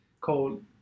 called